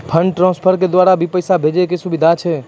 Fund transfer के द्वारा भी पैसा भेजै के सुविधा छै?